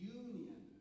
union